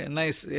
nice